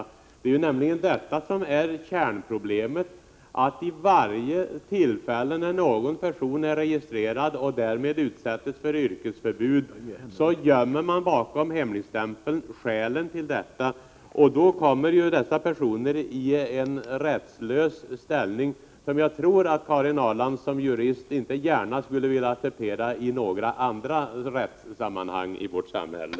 Det är nämligen detta som är kärnproblemet. Vid varje tillfälle när någon person är registrerad och därmed utsätts för yrkesförbud, gömmer man skälen till detta bakom hemligstämpeln, och då kommer dessa personer i en rättslös ställning, som jag tror att Karin Ahrland som jurist inte gärna skulle acceptera i några andra rättssammanhang i vårt samhälle.